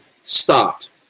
start